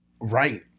Right